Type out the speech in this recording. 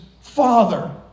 father